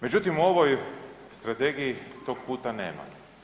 Međutim u ovoj strategiji, tog puta nema.